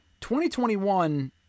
2021